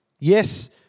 Yes